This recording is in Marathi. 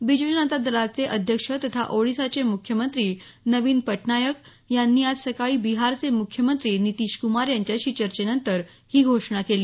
बिजू जनता दलाचे अध्यक्ष तथा ओडिशाचे मुख्यमंत्री नवीन पटनायक यांनी आज सकाळी बिहारचे मुख्यमंत्री नीतीशक्मार यांच्याशी चर्चेनंतर ही घोषणा केली